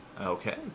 Okay